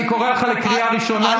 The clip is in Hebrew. אני מבקש לעבור לשאילתה הבאה.